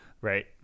right